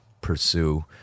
pursue